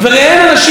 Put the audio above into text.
וראיין אנשים,